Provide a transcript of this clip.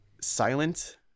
silent